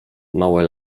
małe